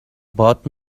باد